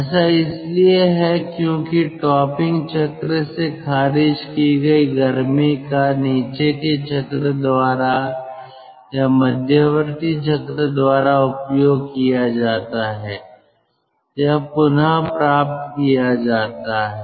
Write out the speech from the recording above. ऐसा इसलिए है क्योंकि टॉपिंग चक्र से खारिज की गई गर्मी का नीचे के चक्र द्वारा या मध्यवर्ती चक्र द्वारा उपयोग किया जाता है या पुनर्प्राप्त किया जाता है